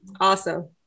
Awesome